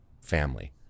family